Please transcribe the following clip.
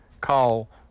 call